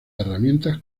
herramientas